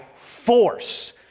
force